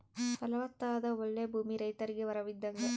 ಫಲವತ್ತಾದ ಓಳ್ಳೆ ಭೂಮಿ ರೈತರಿಗೆ ವರವಿದ್ದಂಗ